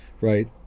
right